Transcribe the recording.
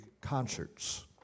concerts